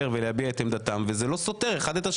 ולהביע את עמדתם וזה לא סותר אחד את השני.